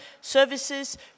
services